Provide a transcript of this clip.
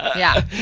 yeah.